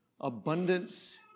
abundance